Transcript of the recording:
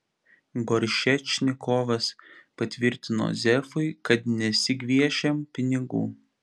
goršečnikovas patvirtino zefui kad nesigviešėm pinigų